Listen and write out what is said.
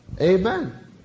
Amen